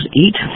eat